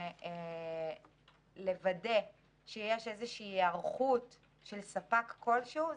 כדי לוודא שיש איזושהי היערכות של ספק כלשהו,